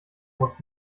musst